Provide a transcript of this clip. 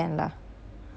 mm